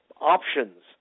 options